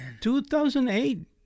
2008